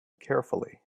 carefully